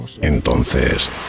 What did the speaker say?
Entonces